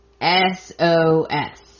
S-O-S